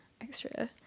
extra